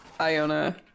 Iona